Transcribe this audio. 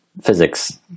physics